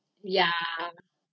ya